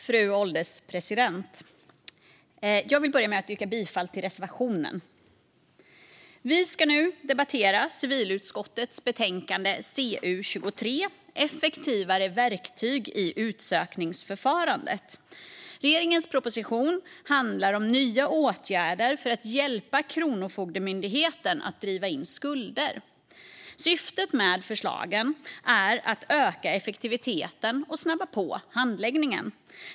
Fru ålderspresident! Jag vill börja med att yrka bifall till reservationen. Effektivare verktyg i utsökningsförfarandet Vi ska nu debattera civilutskottets betänkande CU23 Effektivare verktyg i utsökningsförfarandet . Regeringens proposition handlar om nya åtgärder för att hjälpa Kronofogdemyndigheten att driva in skulder. Syftet med förslagen är att öka effektiviteten och snabba på handläggningen.